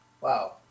Wow